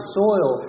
soil